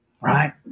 Right